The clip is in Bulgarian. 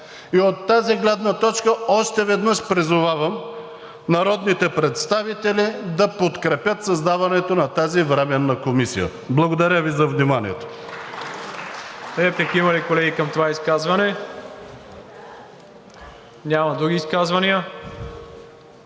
От тази гледна точка още веднъж призовавам народните представители да подкрепят създаването на тази временна комисия. Благодаря Ви за вниманието.